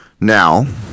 now